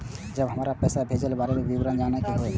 जब हमरा पैसा भेजय के बारे में विवरण जानय के होय?